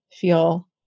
feel